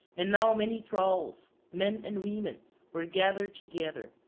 and now many thralls, men and women, were gathered together,